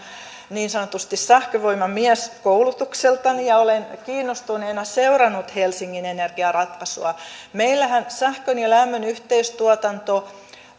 niin sanotusti sähkövoimamies koulutukseltani ja olen kiinnostuneena seurannut helsingin energiaratkaisua meillähän sähkön ja lämmön yhteistuotanto